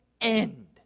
end